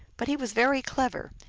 but he was very clever,